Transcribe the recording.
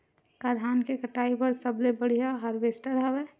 का धान के कटाई बर सबले बढ़िया हारवेस्टर हवय?